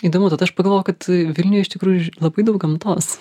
įdomu tad aš pagalvojau kad vilniuje iš tikrųjų labai daug gamtos